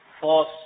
force